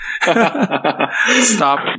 Stop